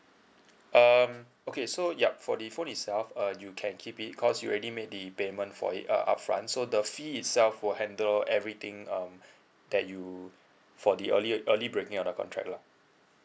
um okay so yup for the phone itself uh you can keep it because you already made the payment for it uh upfront so the fee itself will handle everything um that you for the earlier early breaking of the contract lah